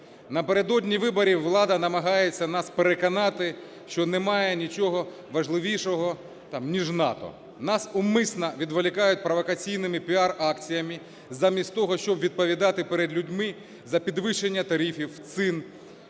напередодні виборів влада намагається нас переконати, що немає нічого важливішого, там, ніж НАТО. Нас умисно відволікають провокаційними піар-акціями замість того, щоб відповідати перед людьми за підвищення тарифів, цін,